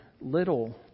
little